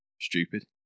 stupid